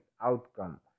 outcome